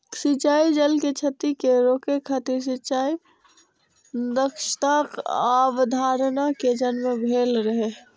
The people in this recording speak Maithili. सिंचाइ जल के क्षति कें रोकै खातिर सिंचाइ दक्षताक अवधारणा के जन्म भेल रहै